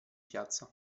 piazza